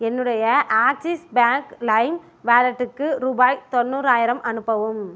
என்னுடைய Axis bank lime வாலெட்டுக்கு ரூபாய் தொண்ணுறாயிரம் அனுப்பவும்